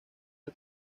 del